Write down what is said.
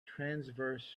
transverse